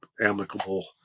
amicable